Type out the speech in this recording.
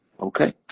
Okay